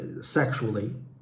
sexually